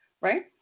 Right